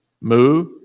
move